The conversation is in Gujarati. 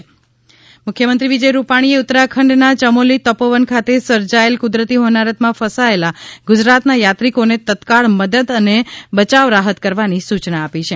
મુખ્યમંત્રી ઉત્તરાખંડ મુખ્યમંત્રી વિજય રૂપાણીએ ઉત્તરાખંડના યમોલી તપોવન ખાતે સર્જાયેલ કુદરતી હોનારતમાં ફસાચેલા ગુજરાતના યાત્રીકોને તત્કાળ મદદ અને બયાવ રાહત કરવાની સુયના આપી છે